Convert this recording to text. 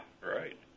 right